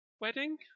wedding